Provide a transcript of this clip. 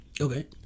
Okay